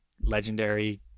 legendary